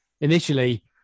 initially